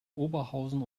oberhausen